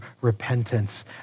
repentance